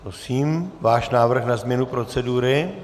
Prosím, váš návrh na změnu procedury.